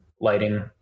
lighting